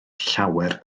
llawer